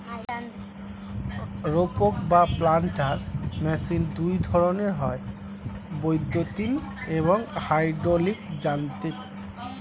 রোপক বা planter machine দুই ধরনের হয়, বৈদ্যুতিন এবং হাইড্রলিক যান্ত্রিক